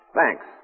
Thanks